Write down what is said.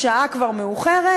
השעה כבר מאוחרת,